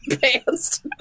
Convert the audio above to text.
pants